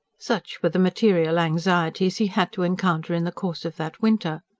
such were the material anxieties he had to encounter in the course of that winter.